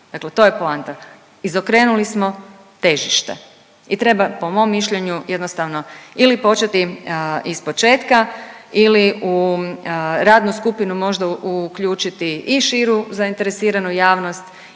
dakle to je poanta, izokrenuli smo težište i treba po mom mišljenju jednostavno ili početi ispočetka ili u radnu skupinu možda uključiti i širu zainteresiranu javnost